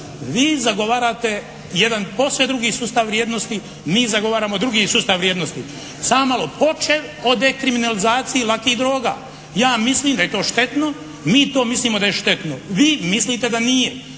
Vi zagovarate jedan posve drugi sustav vrijednosti, mi zagovaramo drugi sustav vrijednosti. Samo malo, počev od dekriminalizaciji lakih droga. Ja mislim da je to štetno. Mi to mislimo da je štetno. Vi mislite da nije.